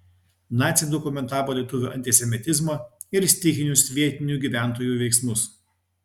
naciai dokumentavo lietuvių antisemitizmą ir stichinius vietinių gyventojų veiksmus